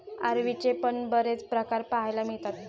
अरवीचे पण बरेच प्रकार पाहायला मिळतात